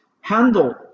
handle